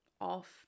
off